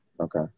okay